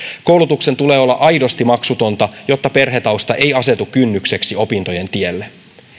koulutuksen tulee olla aidosti maksutonta jotta perhetausta ei asetu kynnykseksi opintojen tielle